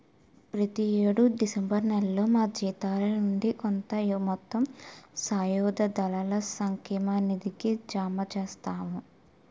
ప్రతి యేడు డిసెంబర్ నేలలో మా జీతాల నుండి కొంత మొత్తం సాయుధ దళాల సంక్షేమ నిధికి జమ చేస్తాము